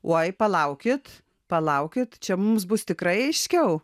oi palaukit palaukit čia mums bus tikrai aiškiau